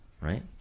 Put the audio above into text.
right